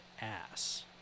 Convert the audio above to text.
ass